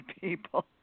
people